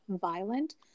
violent